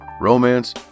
romance